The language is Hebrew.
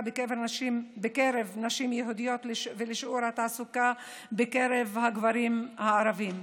בקרב נשים יהודיות ולשיעור התעסוקה בקרב הגברים הערבים.